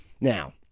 Now